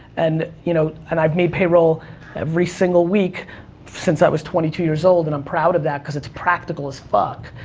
and, you know, and i've made payroll every single week since i was twenty two years old, and i um proud of that, cause it's practical as fuck.